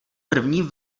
první